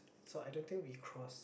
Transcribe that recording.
so I don't think we crossed